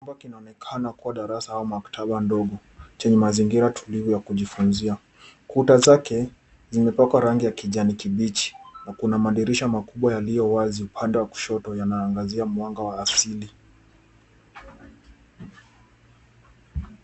Hapa kinaonekana kuwa darasa au maktaba ndogo chenye mazingira tulivu ya kujiunzia. Kuta zake zimepakwa rangi ya kijani kibichi na kuna madirisha makubwa yaliyo wazi upande wa kushoto yanaangazia mwanga wa asili.